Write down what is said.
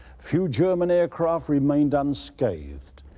few german aircraft remained unscathed.